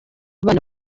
abana